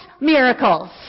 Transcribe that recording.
miracles